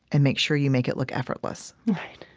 and make sure you make it look effortless.